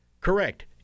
Correct